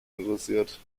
interessiert